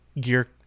gear